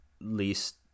least